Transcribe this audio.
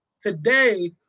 today